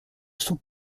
sont